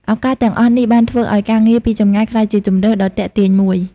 ឱកាសទាំងអស់នេះបានធ្វើឱ្យការងារពីចម្ងាយក្លាយជាជម្រើសដ៏ទាក់ទាញមួយ។